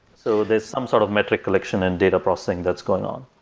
so there's some sort of metric collection and data processing that's going on.